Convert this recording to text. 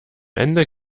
ende